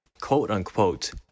quote-unquote